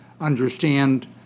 understand